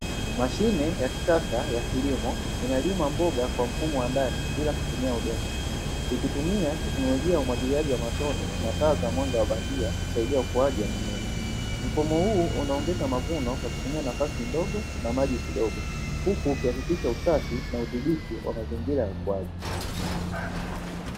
Mashine ya kisasa ya kilimo, inalima mboga kwa mfumo wa ndani bila kutumia udongo. Ikitumia teknolojia ya umwagiliaji wa matone na taa za mwanga wa bandia, kusaidia ukuaji wa mimea. Mfumo huu unaongeza mavuno kwa tumia nafasi ndogo na maji kidogo huku ikihakikisha usafi na udhibiti wa mazingira ya ukuaji.